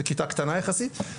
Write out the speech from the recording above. זה כיתה קטנה יחסית,